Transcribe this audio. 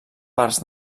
parts